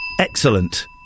Excellent